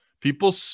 People